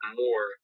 more